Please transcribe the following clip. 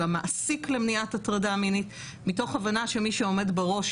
המעסיק למניעת הטרדה מינית מתוך הבנה שמי שעומד בראש,